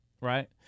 Right